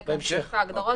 זה סעיף ההגדרות,